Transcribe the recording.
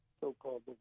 so-called